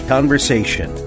Conversation